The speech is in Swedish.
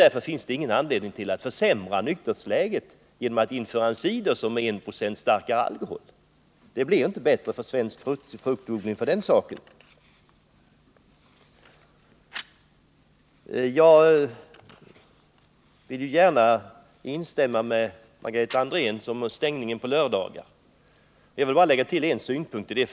Det finns således ingen anledning att försämra nykterhetsläget genom att införa en cider som har 1 96 större alkoholhalt. Svensk fruktodling får det inte bättre för det. Jag vill gärna instämma i vad Margareta Andrén sade om stängningen på lördagar. Jag vill bara lägga till en synpunkt.